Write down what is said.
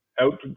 out